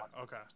okay